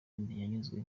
ntiyanyuzwe